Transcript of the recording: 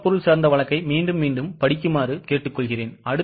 மூலப்பொருள் சார்ந்த வழக்கை மீண்டும் மீண்டும் படிக்குமாறு கேட்டுக்கொள்கிறேன்